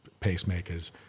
pacemakers